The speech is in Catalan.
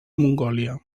mongòlia